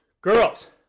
girls